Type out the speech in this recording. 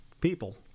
people